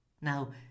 Now